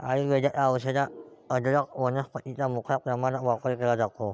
आयुर्वेदाच्या औषधात अदरक वनस्पतीचा मोठ्या प्रमाणात वापर केला जातो